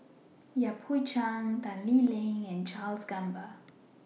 Yan Hui Chang Tan Lee Leng and Charles Gamba